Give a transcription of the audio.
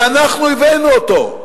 שאנחנו הבאנו אותו,